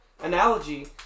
analogy